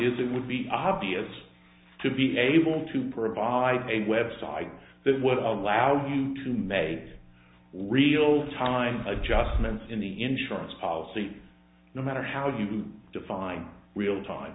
is it would be obvious to be able to provide a web site that would allow you to may real time adjustments in the insurance policy no matter how you define real time